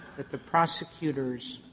that the prosecutors